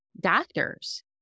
doctors